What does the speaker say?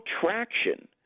traction